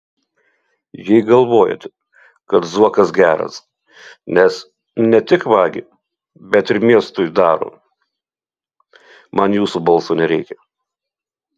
jei galvojate kad zuokas geras nes ne tik vagia bet ir miestui daro man jūsų balso nereikia